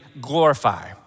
glorify